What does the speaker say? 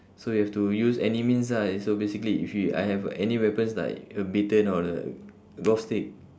so you have to use any means ah so basically if you I have any weapons like a baton or a golf stick